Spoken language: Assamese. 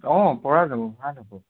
অঁ পৰা যাব ভাল হ'ব